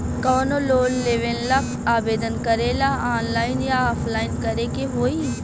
कवनो लोन लेवेंला आवेदन करेला आनलाइन या ऑफलाइन करे के होई?